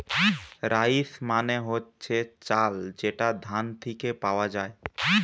rice মানে হচ্ছে চাল যেটা ধান থিকে পাওয়া যায়